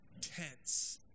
Tense